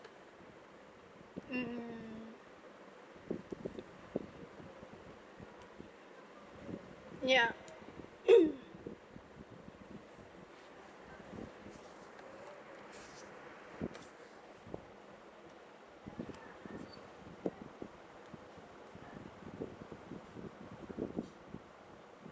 mm yup